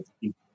people